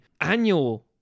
annual